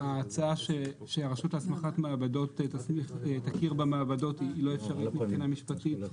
ההצעה שהרשות להסמכת מעבדות תכיר במעבדות היא לא אפשרית מבחינה משפטית.